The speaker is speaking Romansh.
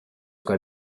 quai